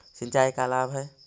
सिंचाई का लाभ है?